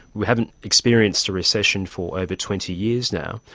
we haven't experienced a recession for over twenty years now,